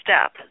step